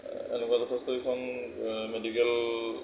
এনেকুৱা যথেষ্ট কেইখন মেডিকেল